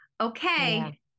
okay